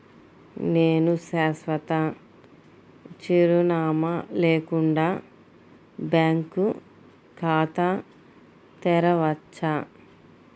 నేను శాశ్వత చిరునామా లేకుండా బ్యాంక్ ఖాతా తెరవచ్చా?